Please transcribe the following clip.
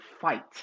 fight